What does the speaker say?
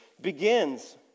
begins